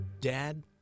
Dad